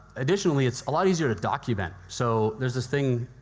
additionally, it's a lot easier to document. so there's this thing,